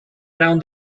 around